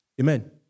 Amen